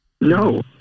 No